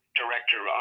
director